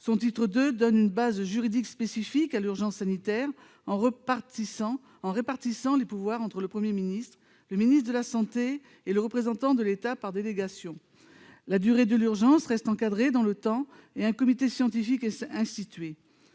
Son titre II donne une base juridique spécifique à l'urgence sanitaire en répartissant les pouvoirs entre le Premier ministre, le ministre de la santé et, par délégation, le représentant de l'État. La durée de l'urgence reste encadrée et un comité scientifique est institué.